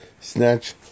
snatch